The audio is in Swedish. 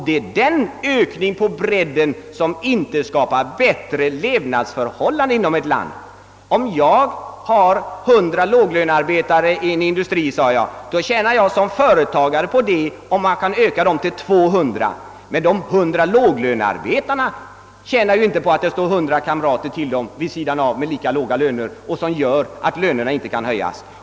Det är denna ökning på bredden som inte skapar bättre levnadsförhållanden inom ett land. Om jag har hundra låglönearbetare i en industri, sade jag, tjänar jag som företagare på om jag ökar dem till två hundra. Men de hundra låglönearbetarna tjänar inte på att det står hundra kamrater till vid sidan av dem med lika låga löner. Det är det som gör att lönerna inte kan höjas.